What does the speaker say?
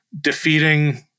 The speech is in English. defeating